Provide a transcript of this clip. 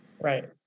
Right